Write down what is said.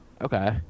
Okay